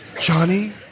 Johnny